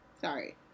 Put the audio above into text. Sorry